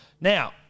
Now